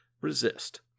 resist